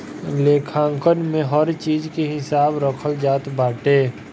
लेखांकन में हर चीज के हिसाब रखल जात बाटे